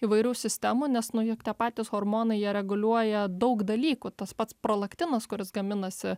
įvairių sistemų nes nu juk tie patys hormonai jie reguliuoja daug dalykų tas pats prolaktinas kuris gaminasi